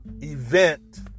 event